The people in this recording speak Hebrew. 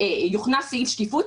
שיוכנס סעיף שקיפות,